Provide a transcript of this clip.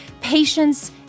patience